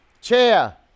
Chair